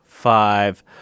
Five